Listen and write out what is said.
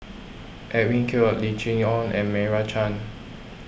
Edwin Koek Lim Chee Onn and Meira Chand